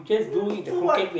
yeah for what